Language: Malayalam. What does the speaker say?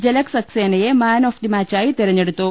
ജലജ് സക്സേനയെ മാൻ ഓഫ് ദി മാച്ചായി തെരഞ്ഞെടുത്തു